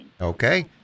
Okay